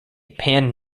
pan